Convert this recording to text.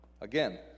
Again